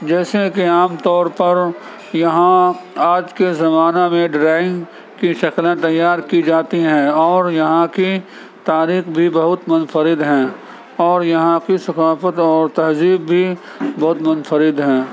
جیسے کہ عام طور پر یہاں آج کے زمانہ میں ڈرائنگ کی شکلیں تیار کی جاتی ہیں اور یہاں کی تاریخ بھی بہت منفرد ہیں اور یہاں کی ثقافت اور تہذیب بھی بہت منفرد ہیں